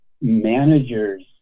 managers